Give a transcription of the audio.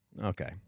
okay